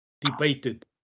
debated